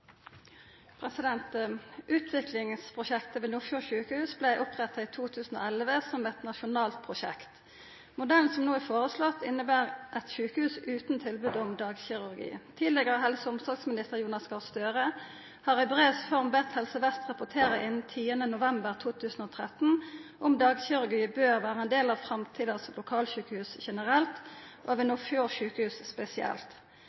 ved Nordfjord sjukehus vart oppretta i 2011 som eit nasjonalt prosjekt. Modellen som no er foreslått, inneber eit sjukehus utan tilbod om dagkirurgi. Tidlegare helse- og omsorgsminister Jonas Gahr Støre har i brevs form bedt Helse Vest rapportera innan 10. november 2013 om dagkirurgi bør vera ein del av «framtidas lokalsjukehus» generelt og ved Nordfjord sjukehus spesielt.